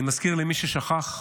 אני מזכיר למי ששכח: